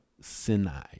sinai